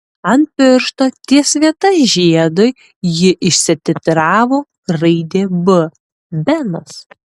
ant piršto ties vieta žiedui ji išsitatuiravo raidę b benas